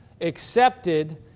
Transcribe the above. accepted